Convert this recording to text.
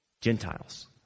Gentiles